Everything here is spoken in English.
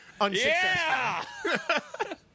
Unsuccessful